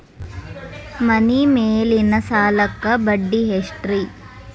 ಮನಿ ಮೇಲಿನ ಸಾಲಕ್ಕ ಬಡ್ಡಿ ಎಷ್ಟ್ರಿ?